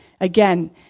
Again